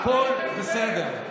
הכול בסדר.